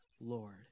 Lord